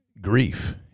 grief